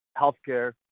healthcare